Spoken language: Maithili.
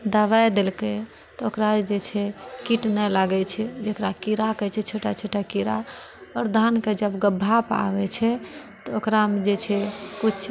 दबाइ देलकय तऽ ओकरा जे छै कीट नहि लागैत छै जेकरा कीड़ा कहैत छै छोटा छोटा कीड़ा आओर धानके जब भाप आबैत छै तऽ ओकरामऽ जे छै कुछ